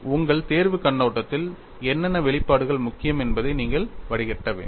உங்கள் தேர்வுக் கண்ணோட்டத்தில் என்னென்ன வெளிப்பாடுகள் முக்கியம் என்பதை நீங்கள் வடிகட்ட வேண்டும்